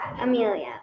Amelia